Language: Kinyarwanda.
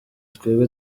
twebwe